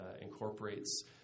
incorporates